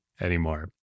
anymore